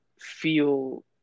feel